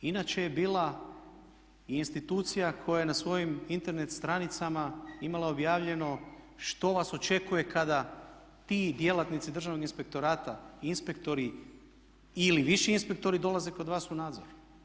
Inače je bila institucija koja je na svojim Internet stranicama imala objavljeno što vas očekuje kada ti djelatnici Državnog inspektorata i inspektori ili viši inspektori dolaze kod vas u nadzor.